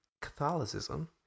Catholicism